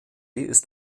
ist